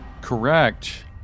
Correct